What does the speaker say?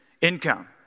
income